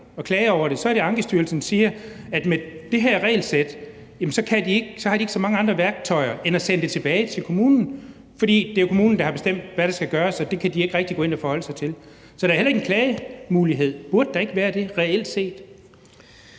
og klage over det, siger Ankestyrelsen, at med det her regelsæt har de ikke så mange andre værktøjer end at sende det tilbage til kommunen, for det er jo kommunen, der har bestemt, hvad der skal gøres, og det kan de ikke rigtig gå ind og forholde sig til. Så der er heller ikke en klagemulighed. Burde der ikke være det reelt set?